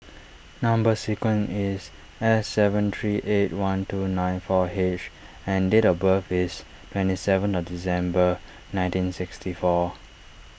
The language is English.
Number Sequence is S seven three eight one two nine four H and date of birth is twenty seven December nineteen sixty four